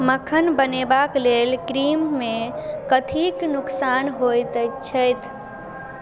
मक्खन बनेबा लेल क्रीममे कथीके नोकसान होइत अछि छथि